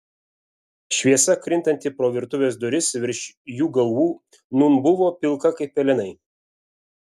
šviesa krintanti pro virtuvės duris virš jų galvų nūn buvo pilka kaip pelenai